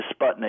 Sputnik